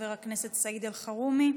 חבר הכנסת סעיד אלחרומי.